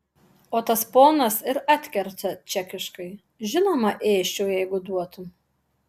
o tas ponas ir atkerta čekiškai žinoma ėsčiau jeigu duotum